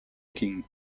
king